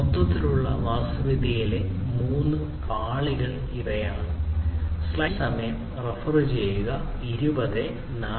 മൊത്തത്തിലുള്ള വാസ്തുവിദ്യയിലെ മൂന്ന് പാളികൾ ഇവയാണ്